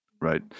right